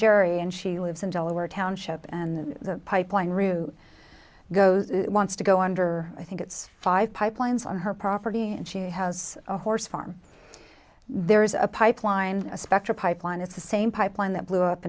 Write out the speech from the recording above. jerry and she lives in delaware township and the pipeline route goes wants to go under i think it's five pipelines on her property and she has a horse farm there is a pipeline a spectra pipeline it's the same pipeline that blew up